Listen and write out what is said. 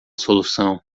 solução